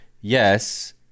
yes